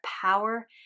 power